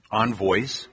envoys